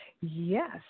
Yes